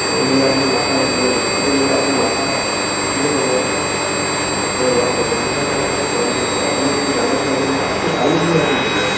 সৰু ল'লে আপোনাৰ মাথা মানে বেছিকিটা ল'লে আপোনাৰ মাথা বেছিকে পাব আপোনাৰ লছ হ'ব সেইকাৰণে আপুনি এটা কাম কৰিব আপুনি ডাঙৰ চাইজৰ মই আপুনি আবেলি নিলে হ'ব নেকি মাছ